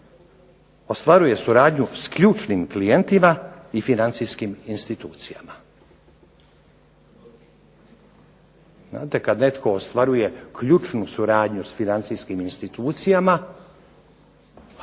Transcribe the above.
ostvaruje suradnju sa ključnim klijentima i financijskim institucijama. Znate kada netko ostvaruje ključnu suradnju sa financijskim institucijama,